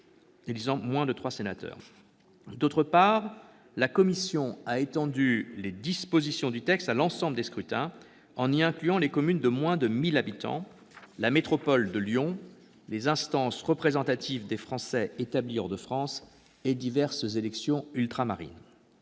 d'autre part, étendu les dispositions du texte à l'ensemble des scrutins, en y incluant les communes de moins de 1 000 habitants, la métropole de Lyon, les instances représentatives des Français établis hors de France et diverses élections ultramarines.